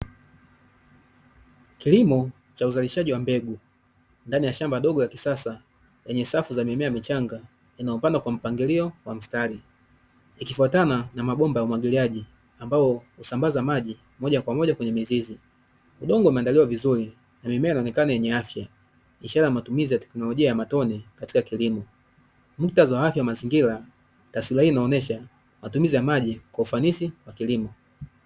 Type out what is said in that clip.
Kilimo cha uzalishaji wa mbegu ndani ya shamba ndogo la kisasa, lenye safu za mimea michanga yanayopandwa kwa mpangilio wa mstari, ikifuatana na mabomba ya umwagiliaji ambayo husambaza maji moja kwa moja kwenye mizizi. Udongo umeandaliwa vizuri na mimea inaonekana yenye afya, ishara ya matumizi ya teknolojia ya matone katika kilimo. Muktadha wa afya ya mazingira, taswira hii inaonyesha matumizi ya maji kwa ufanisi wa kilimo.